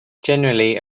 generally